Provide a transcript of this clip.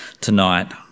tonight